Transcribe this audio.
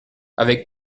avec